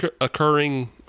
occurring